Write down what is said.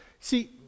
See